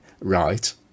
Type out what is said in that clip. right